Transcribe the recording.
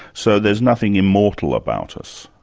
so there's nothing immortal about us.